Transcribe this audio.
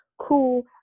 cool